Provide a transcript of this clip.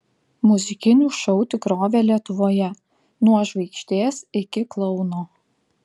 muzikinių šou tikrovė lietuvoje nuo žvaigždės iki klouno